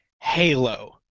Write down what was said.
Halo